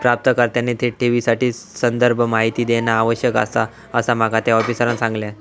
प्राप्तकर्त्याने थेट ठेवीसाठी संदर्भ माहिती देणा आवश्यक आसा, असा माका त्या आफिसरांनं सांगल्यान